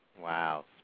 Wow